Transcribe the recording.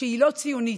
שהיא לא ציונית,